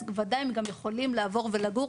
אז בוודאי הם יכולים לעבור ולגור.